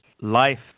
life